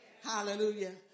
Hallelujah